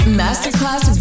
masterclass